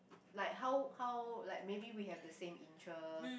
like how how like maybe we have the same interest